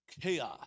chaos